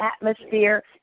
atmosphere